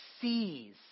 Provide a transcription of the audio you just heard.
sees